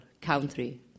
country